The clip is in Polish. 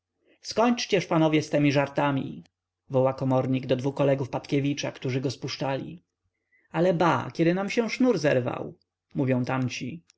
skończcież panowie z temi żartami woła komornik do dwu kolegów patkiewicza którzy go spuszczali ale ba kiedy nam się sznur zerwał mówią tamci